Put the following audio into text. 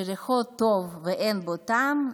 שריחו טוב ואין בו טעם,